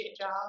job